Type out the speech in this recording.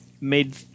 made